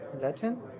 Latin